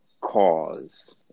cause